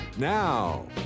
Now